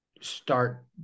start